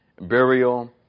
burial